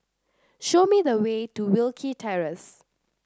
show me the way to Wilkie Terrace